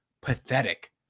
pathetic